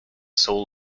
sole